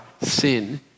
sin